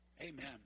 amen